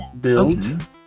build